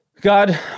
God